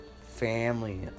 family